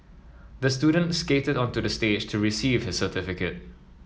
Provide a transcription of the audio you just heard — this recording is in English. the student skated onto the stage to receive his certificate